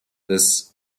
this